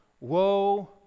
woe